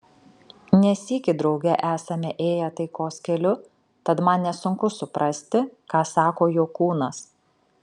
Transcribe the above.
ne sykį drauge esame ėję taikos keliu tad man nesunku suprasti ką sako jo kūnas